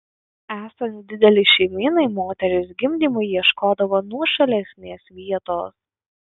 esant didelei šeimynai moterys gimdymui ieškodavo nuošalesnės vietos